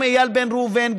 גם איל בן ראובן,